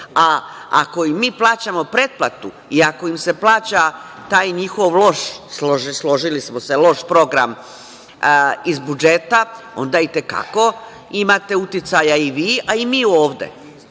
Ako im mi plaćamo pretplatu i ako im se plaća taj njihov loš, složili smo se, loš program iz budžeta, onda i te kako imate uticaja i vi, a mi ovde. Tako